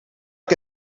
que